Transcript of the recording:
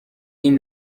این